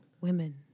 Women